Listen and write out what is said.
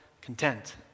content